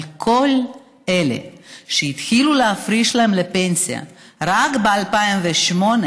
אבל כל אלה שהתחילו להפריש להם לפנסיה רק ב-2008,